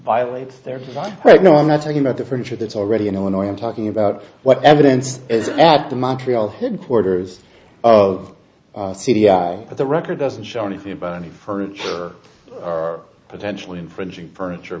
violates their design right now i'm not talking about the furniture that's already in illinois i'm talking about what evidence is at the montreal headquarters of c d i the record doesn't show anything about any furniture or potentially infringing furniture